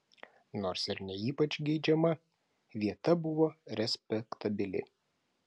nors ir ne ypač geidžiama vieta buvo respektabili